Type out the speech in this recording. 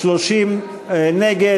30 נגד,